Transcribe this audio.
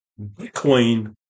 Bitcoin